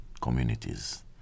communities